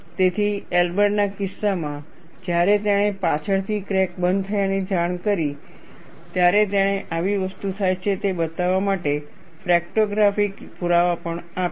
તેથી એલ્બરના કિસ્સામાં જ્યારે તેણે પાછળથી ક્રેક બંધ થયાની જાણ કરી ત્યારે તેણે આવી વસ્તુ થાય છે તે બતાવવા માટે ફ્રેક્ટોગ્રાફિક પુરાવા પણ આપ્યા